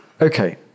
Okay